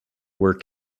were